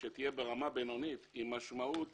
שתהיה ברמה בינונית היא משמעות